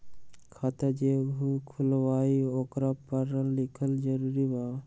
खाता जे केहु खुलवाई ओकरा परल लिखल जरूरी वा?